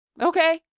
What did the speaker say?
okay